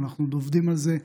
אנחנו עוד עובדים על זה,